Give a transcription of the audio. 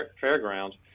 fairgrounds